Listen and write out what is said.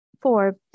Four